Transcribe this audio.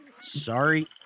sorry